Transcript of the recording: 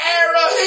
arrow